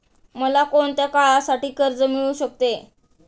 मला कोणत्या काळासाठी कर्ज मिळू शकते?